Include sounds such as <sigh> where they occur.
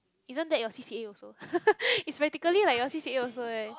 isn't that your C_C_A also <laughs> it's practically like your C_C_A also eh